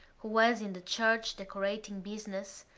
who was in the church decorating business,